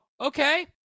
okay